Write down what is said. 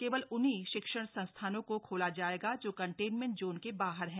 केवल उन्हीं शिक्षण संस्थानों को खोला जाएगा जो कंटेनमेंट जोन के बाहर हैं